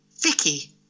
Vicky